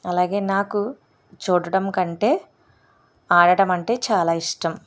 అలాగే నాకు చూడడం కంటే ఆడడం అంటే చాలా ఇష్టం